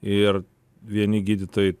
ir vieni gydytojai